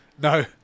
No